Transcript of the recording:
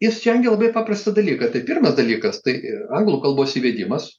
jis žengia labai paprastą dalyką tai pirmas dalykas tai anglų kalbos įvedimas